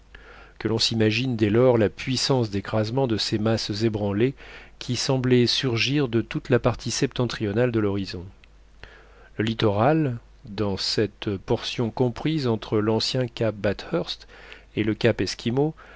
que l'on s'imagine dès lors la puissance d'écrasement de ces masses ébranlées qui semblaient surgir de toute la partie septentrionale de l'horizon le littoral dans cette portion comprise entre l'ancien cap bathurst et le cap